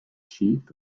sheath